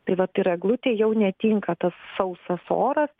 tai vat ir eglutei jau netinka tas sausas oras